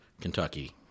Kentucky